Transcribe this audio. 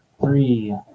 three